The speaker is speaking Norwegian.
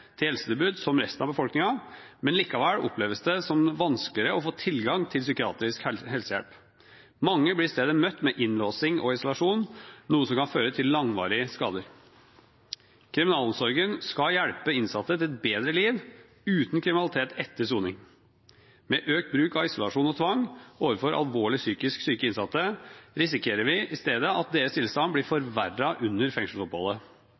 til helsetilbud som resten av befolkningen. Likevel oppleves det som vanskeligere å få tilgang til psykiatrisk helsehjelp. Mange blir i stedet møtt med innlåsing og isolasjon, noe som kan føre til langvarige skader. Kriminalomsorgen skal hjelpe innsatte til et bedre liv, uten kriminalitet, etter soning. Med økt bruk av isolasjon og tvang overfor alvorlig psykisk syke innsatte risikerer vi i stedet at deres tilstand blir forverret under fengselsoppholdet.